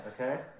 okay